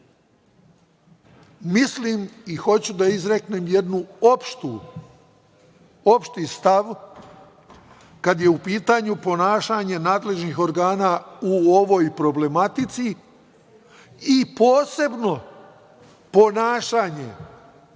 mislim i hoću da izreknem jedan opšti stav, kada je u pitanju ponašanje nadležnih organa u ovoj problematici i posebno ponašanje